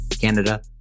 Canada